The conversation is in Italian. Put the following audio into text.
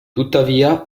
tuttavia